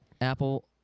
Apple